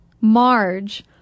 Marge